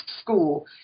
school